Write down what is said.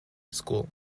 school